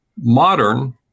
Modern